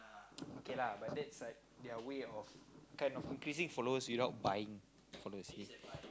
okay lah but that's like their way of kind of increasing followers without buying followers